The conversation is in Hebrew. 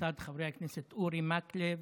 לצד חברי הכנסת אורי מקלב,